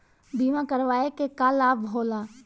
बीमा करावे से का लाभ होला?